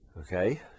okay